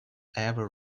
ever